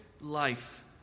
life